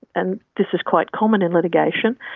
and this is quite common in litigation,